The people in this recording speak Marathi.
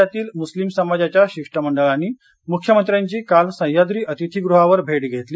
राज्यातील मुस्लिम समाजाच्या शिष्टमंडळांनी मुख्यमंत्र्यांची काल सह्याद्री अतिथीगुहावर भेट घेतली